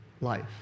life